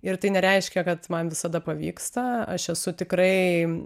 ir tai nereiškia kad man visada pavyksta aš esu tikrai